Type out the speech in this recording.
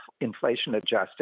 inflation-adjusted